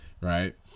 right